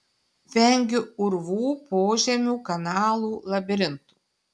vengiu urvų požemių kanalų labirintų